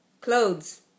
Clothes